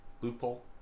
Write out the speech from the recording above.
loophole